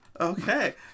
okay